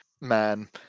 man